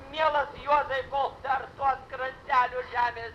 mielas juozai kol dar tu ant krantelio žemės